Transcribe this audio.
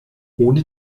ohne